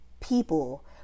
people